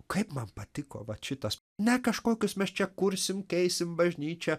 kaip man patiko vat šitas ne kažkokius mes čia kursim keisim bažnyčią